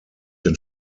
den